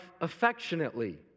affectionately